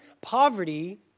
poverty